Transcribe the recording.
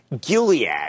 Gilead